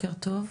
בוקר טוב.